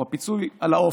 הוא הפיצוי על העוף.